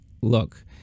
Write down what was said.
look